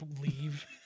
leave